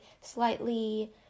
slightly